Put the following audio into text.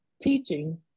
teaching